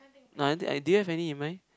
nah I think do you have any in mind